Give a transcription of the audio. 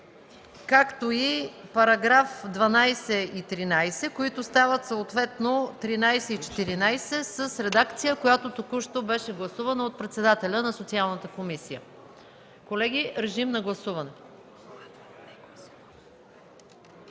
както и § 12 и § 13, които стават съответно § 13 и § 14 с редакция, която току-що беше докладвана от председателя на Социалната комисия. Колеги, режим на гласуване.